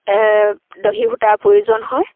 দহি সূতাৰ প্ৰয়োজন হয়